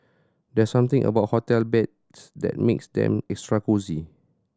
there's something about hotel beds that makes them extra cosy